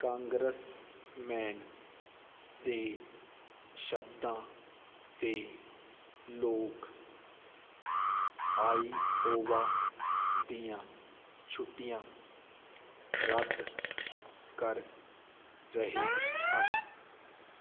congressman ਦੇ ਸ਼ਬਦਾਂ 'ਤੇ ਲੋਕ ਆਈਓਵਾ ਦੀਆਂ ਛੁੱਟੀਆਂ ਰੱਦ ਕਰ ਰਹੇ ਹਨ